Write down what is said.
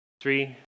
Three